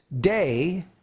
day